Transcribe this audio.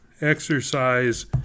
exercise